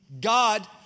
God